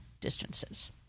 distances